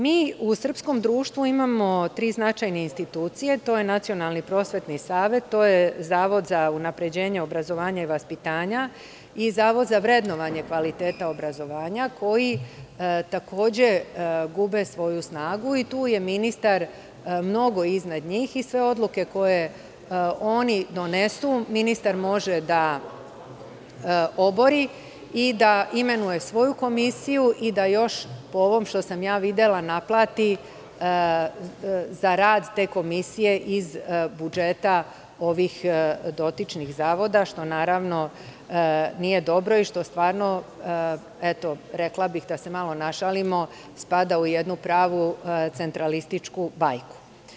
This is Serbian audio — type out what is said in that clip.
Mi u srpskom društvu imamo tri značajne institucije – to je Nacionalni prosvetni savet, to je Zavod za unapređenje obrazovanja i vaspitanja i Zavod za vrednovanje kvaliteta obrazovanja, koji takođe gube svoju snagu i tu je ministar mnogo iznad njih i sve odluke koje oni donesu ministar može da obori i da imenuje svoju komisiju i da još, po ovome što sam videla, naplati za rad te komisije iz budžeta ovih dotičnih zavoda, što naravno nije dobro i što stvarno, rekla bih, da se malo našalimo, spada u jednu pravu centralističku bajku.